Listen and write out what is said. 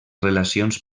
relacions